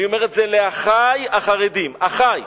אני אומר את זה לאחי החרדים: אחי,